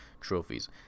trophies